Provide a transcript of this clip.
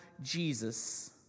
Jesus